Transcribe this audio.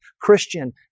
Christian